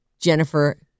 Jennifer